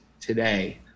today